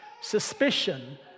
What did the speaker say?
suspicion